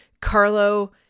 Carlo